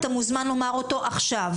אתה מוזמן לומר אותו עכשיו.